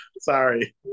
Sorry